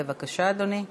בבקשה, אדוני.